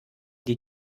die